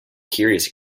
curious